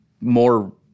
more